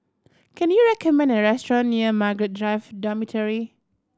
can you recommend a restaurant near Margaret Drive Dormitory